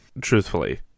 Truthfully